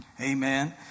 Amen